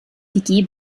die